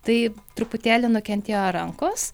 tai truputėlį nukentėjo rankos